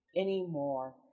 anymore